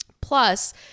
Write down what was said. Plus